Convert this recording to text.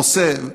עושה,